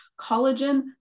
collagen